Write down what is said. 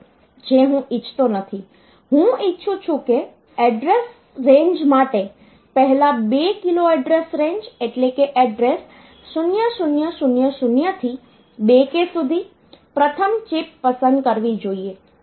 જે હું ઇચ્છતો નથી હું ઇચ્છું છું કે એડ્રેસ રેન્જ માટે પહેલા 2 કિલો એડ્રેસ રેન્જ એટલે કે એડ્રેસ 0000 થી 2k સુધી પ્રથમ ચિપ પસંદ કરવી જોઈએ